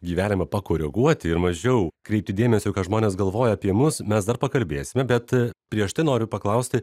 gyvenimą pakoreguoti ir mažiau kreipti dėmesio ką žmonės galvoja apie mus mes dar pakalbėsime bet prieš tai noriu paklausti